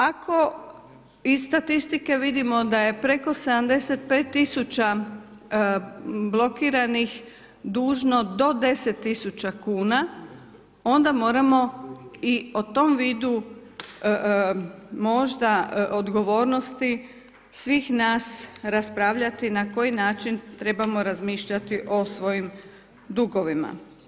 Ako iz statistike vidimo da je preko 75000 blokiranih dužno do 10000 kn, onda moramo i o tom vidu, možda odgovornosti svih nas raspravljati na koji način trebamo razmišljati o svojim dugovima.